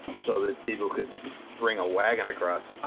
so that people could bring a wagon across. ah